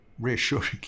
Reassuringly